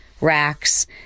racks